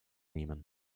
nehmen